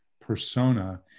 persona